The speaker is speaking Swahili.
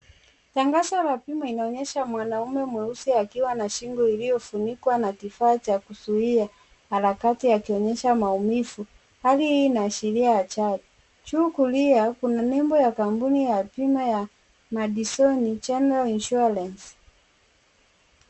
Tangazo la bima inaonyesha mwanaume mweusi akiwa na shingo iliyofunikwa na kifaa cha kuzuia harakati akionyesha maumivu. Hali hii inaashiria ajali. Juu kulia kuna nembo ya kampuni ya bima ya Madison General Insurance.